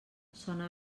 sona